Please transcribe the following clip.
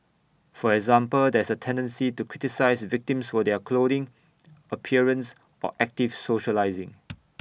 for example there is A tendency to criticise victims for their clothing appearance or active socialising